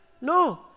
No